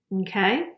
Okay